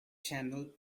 channel